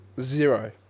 Zero